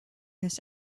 this